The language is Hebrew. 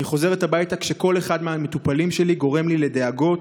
אני חוזרת הביתה כשכל אחד מהמטופלים שלי גורם לי לדאגות,